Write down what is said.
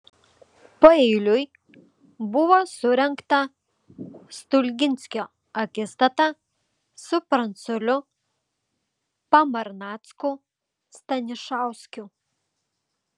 paeiliui buvo surengta stulginskio akistata su pranculiu pamarnacku stanišauskiu